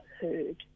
heard